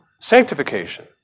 sanctification